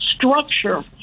Structure